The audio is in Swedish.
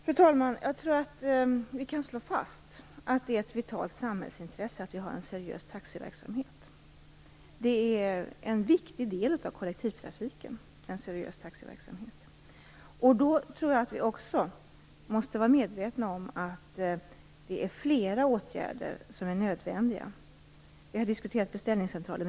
Fru talman! Jag tror att vi kan slå fast att det är ett vitalt samhällsintresse att ha en seriös taxiverksamhet, för den är en viktig del av kollektivtrafiken. Vi måste nog också vara medvetna om att flera åtgärder är nödvändiga. Vi har diskuterat beställningscentraler.